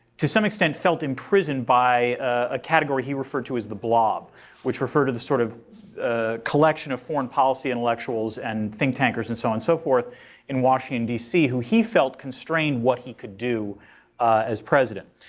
to some extent felt imprisoned by a category he referred to as the blob which refer to the sort of ah collection of foreign policy intellectuals and think tankers and so on and so forth in washington dc who he felt constrained what he could do as president.